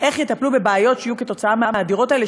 איך יטפלו בבעיות שיהיו כתוצאה מהדירות האלה,